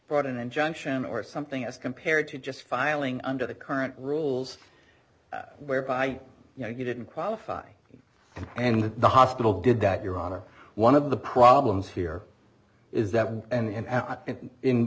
brought an injunction or something as compared to just filing under the current rules whereby you know you didn't qualify and the hospital did that your honor one of the problems here is that an